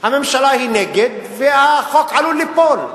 הממשלה נגד והחוק עלול ליפול.